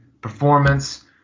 performance